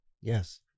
Yes